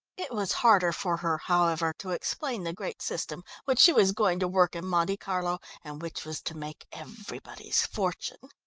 it was harder for her, however, to explain the great system which she was going to work in monte carlo and which was to make everybody's fortune.